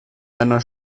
einer